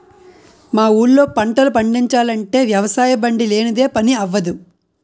మా ఊళ్ళో పంటలు పండిచాలంటే వ్యవసాయబండి లేనిదే పని అవ్వదు